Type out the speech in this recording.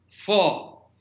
four